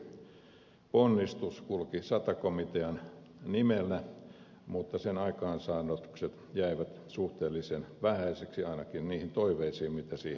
edellinen suuri ponnistus kulki sata komitean nimellä mutta sen aikaansaannokset jäivät suhteellisen vähäisiksi ainakin suhteessa niihin toiveisiin joita siihen asetettiin